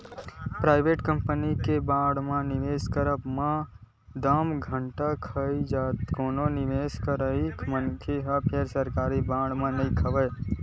private company के bond म निवेस करब म एक दम घाटा खा जाही कोनो निवेस करइया मनखे ह फेर सरकारी बांड म नइ खावय